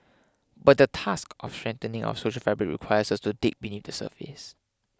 but the task of strengthening our social fabric requires us to dig beneath the surface